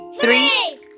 three